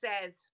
says